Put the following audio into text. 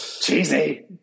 cheesy